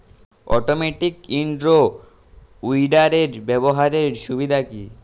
Automatic in row উইডারের ব্যবহারের সুবিধা কি?